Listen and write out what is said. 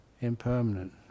impermanent